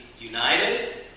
united